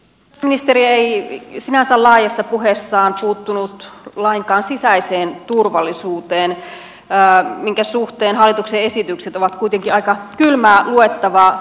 pääministeri ei sinänsä laajassa puheessaan puuttunut lainkaan sisäiseen turvallisuuteen minkä suhteen hallituksen esitykset ovat kuitenkin aika kylmää luettavaa